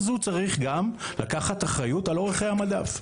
אז הוא צריך גם לקחת אחריות על אורך חיי המדף,